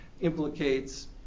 implicates